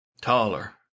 Taller